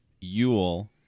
Yule